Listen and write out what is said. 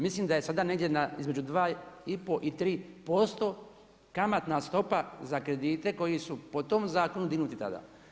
Mislim da je sada negdje na između 2,5 i 3%, kamatna stopa za kredite koji su po tom zakonu dignuti tada.